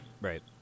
Right